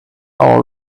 all